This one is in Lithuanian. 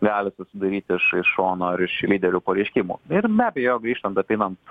gali susidaryt iš iš šono ar iš lyderių pareiškimų ir be abejo vėl grįžtant apeinant